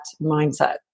mindset